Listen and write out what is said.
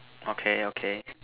okay okay